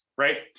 Right